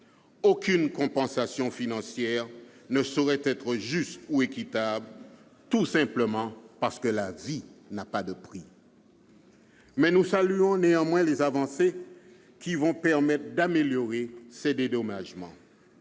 Aucune compensation financière ne saurait être juste ou équitable, tout simplement parce que la vie n'a pas de prix. Nous saluons, néanmoins, les avancées qui permettront d'améliorer ces dédommagements.